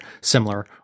similar